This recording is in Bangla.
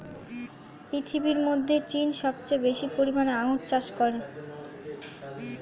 পৃথিবীর মধ্যে চীনে সবচেয়ে বেশি পরিমাণে আঙ্গুর চাষ হয়